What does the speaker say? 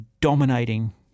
dominating